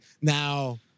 Now